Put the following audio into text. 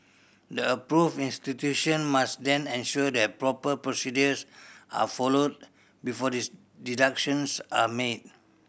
the approved institution must then ensure that proper procedures are followed before deductions are made